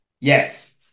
Yes